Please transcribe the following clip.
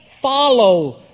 follow